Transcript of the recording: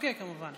כן, כמובן.